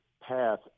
path